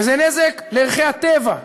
וזה נזק לערכי הטבע,